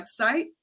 website